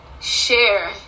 share